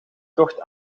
tocht